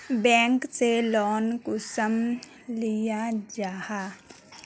Bank से loan कुंसम लिया जाहा?